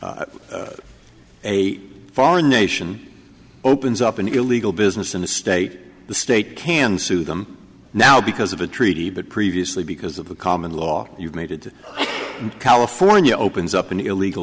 a foreign nation opens up an illegal business in the state the state can sue them now because of a treaty but previously because of the common law you've made in california opens up an illegal